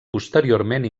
posteriorment